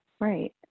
Right